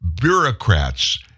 bureaucrats